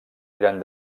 eren